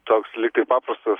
toks lyg ir paprastas